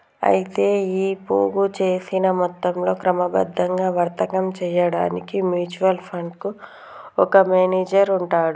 అయితే ఈ పోగు చేసిన మొత్తంతో క్రమబద్ధంగా వర్తకం చేయడానికి మ్యూచువల్ ఫండ్ కు ఒక మేనేజర్ ఉంటాడు